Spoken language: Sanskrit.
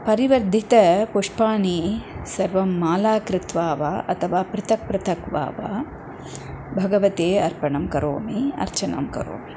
परिवर्तितानि पुष्पाणि सर्वं माला कृत्वा वा अथवा पृथक् पृथक् वा वा भगवते अर्पणं करोमि अर्चना करोमि